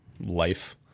life